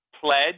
pledge